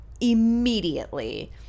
immediately